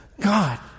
God